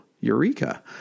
Eureka